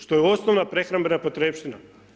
Što je osnovna prehrambena potrepština.